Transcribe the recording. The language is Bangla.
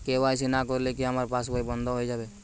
কে.ওয়াই.সি না করলে কি আমার পাশ বই বন্ধ হয়ে যাবে?